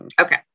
Okay